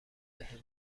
بهم